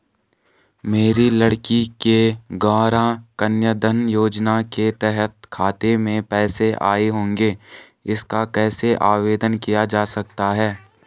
मेरी लड़की के गौंरा कन्याधन योजना के तहत खाते में पैसे आए होंगे इसका कैसे आवेदन किया जा सकता है?